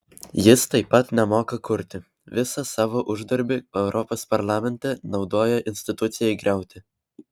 jis taip pat nemoka kurti visą savo uždarbį europos parlamente naudoja institucijai griauti